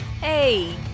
Hey